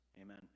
Amen